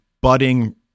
budding